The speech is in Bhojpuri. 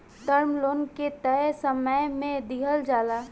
टर्म लोन के तय समय में दिहल जाला